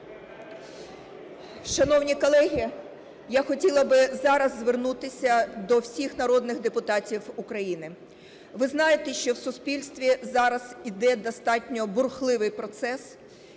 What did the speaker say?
Шановні колеги, я хотіла би зараз звернутися до всіх народних депутатів України. Ви знаєте, що в суспільстві зараз іде достатньо бурхливий процес,